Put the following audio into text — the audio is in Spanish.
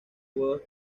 huevos